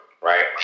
right